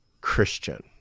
Christian